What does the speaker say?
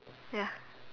ya